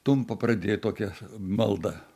tumpa pradėjo tokią maldą